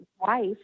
wife